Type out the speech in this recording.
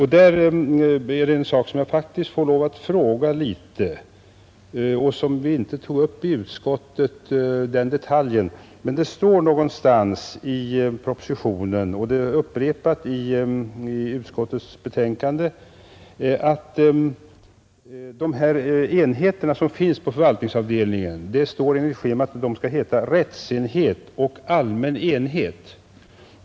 Här finns en sak som vi inte tog upp i utskottet och som jag faktiskt måste fråga något om. Det står någonstans i propositionen och är även upprepat i utskottets betänkande, att förvaltningsavdelningens underavdelningar skall heta rättsenhet och allmän enhet.